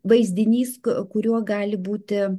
vaizdinys kuriuo gali būti